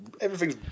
everything's